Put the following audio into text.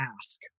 ask